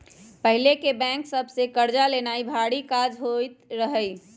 पहिके बैंक सभ से कर्जा लेनाइ भारी काज होइत रहइ